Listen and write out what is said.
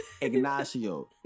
Ignacio